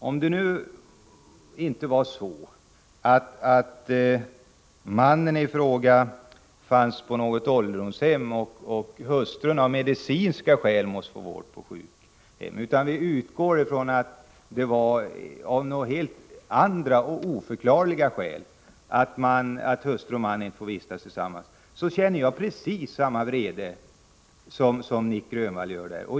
Om det nu inte var så att mannen ifråga av medicinska skäl måste få vård på sjukhem, utan vi utgår från att det var av några andra och helt oförklarliga skäl som hustru och man inte fick vistas tillsammans, så känner jag precis samma vrede som Nic Grönvall.